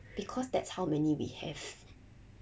because that's how many we have